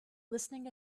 listening